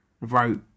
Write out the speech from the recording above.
wrote